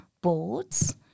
boards